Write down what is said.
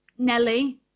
Nelly